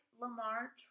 Lamar